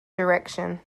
direction